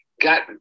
got